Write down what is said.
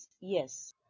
yes